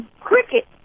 cricket